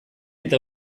eta